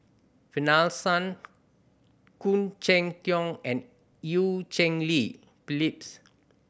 Finlayson Khoo Cheng Tiong and Eu Cheng Li Phyllis